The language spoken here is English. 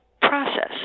process